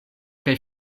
kaj